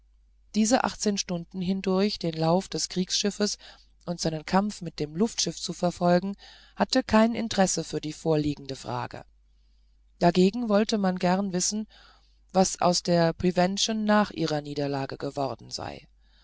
diese achtzehn stunden hindurch den lauf des kriegsschiffs und seinen kampf mit dem luftschiff zu verfolgen hatte kein interesse für die vorliegende frage dagegen wollte man gern wissen was aus der prevention nach ihrer niederlage geworden sei